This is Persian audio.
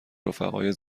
رفقای